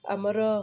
ଆମର